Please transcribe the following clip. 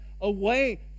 away